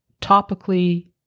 topically